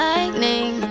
Lightning